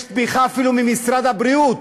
יש תמיכה אפילו ממשרד הבריאות,